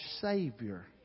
Savior